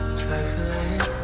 trifling